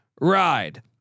ride